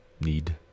need